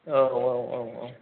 औ औ औ औ